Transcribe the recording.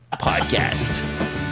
Podcast